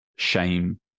shame